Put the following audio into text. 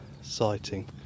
sighting